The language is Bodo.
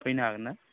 फैनो हागोन ना